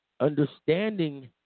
Understanding